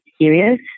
serious